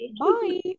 Bye